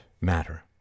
matter